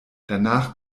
danach